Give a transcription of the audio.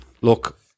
Look